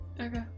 Okay